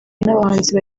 n’abahanzi